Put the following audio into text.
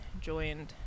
joined